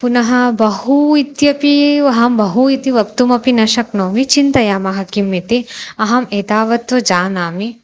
पुनः बहु इत्यपि अहं बहु इति वक्तुमपि न शक्नोमि चिन्तयामः किम् इति अहम् एतावत्तु जानामि